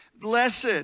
Blessed